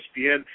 ESPN